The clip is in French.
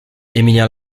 émilien